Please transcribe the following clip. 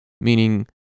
Meaning